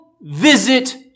Visit